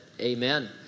amen